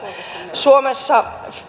suomessa